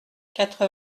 quatre